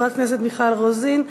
חברת הכנסת מיכל רוזין,